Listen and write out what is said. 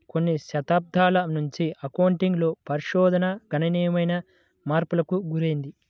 కొన్ని దశాబ్దాల నుంచి అకౌంటింగ్ లో పరిశోధన గణనీయమైన మార్పులకు గురైంది